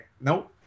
nope